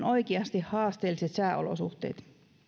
oikeasti haasteelliset sääolosuhteet